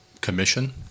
commission